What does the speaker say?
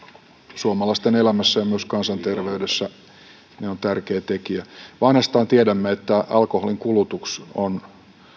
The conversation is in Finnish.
suomalaisten elämässä ja myös kansanterveydessä ne ovat tärkeä tekijä vanhastaan tiedämme että alkoholin kulutus on